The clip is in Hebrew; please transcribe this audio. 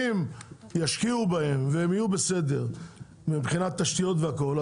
אם ישקיעו בהן והם יהיו בסדר מבחינת תשתיות והכול,